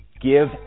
Give